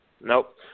Nope